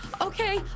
okay